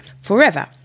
forever